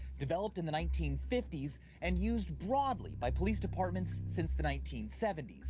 developed in the nineteen fifty s and used broadly by police departments since the nineteen seventy s.